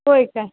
होय का